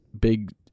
big